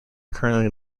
currently